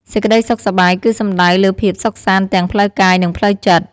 សេចក្តីសុខសប្បាយគឺសំដៅលើភាពសុខសាន្តទាំងផ្លូវកាយ និងផ្លូវចិត្ត។